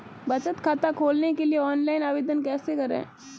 बचत खाता खोलने के लिए ऑनलाइन आवेदन कैसे करें?